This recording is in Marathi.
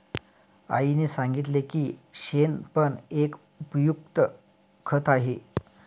आईने सांगितले की शेण पण एक उपयुक्त खत आहे